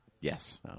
Yes